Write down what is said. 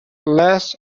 less